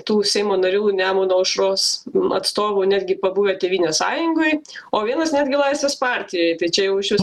tų seimo narių nemuno aušros atstovų netgi pabuvę tėvynės sąjungoj o vienas netgi laisvės partijoj tai čia jau išvis